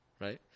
right